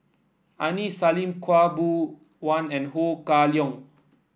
Aini Salim Khaw Boon Wan and Ho Kah Leong